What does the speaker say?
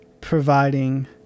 providing